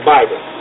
Bible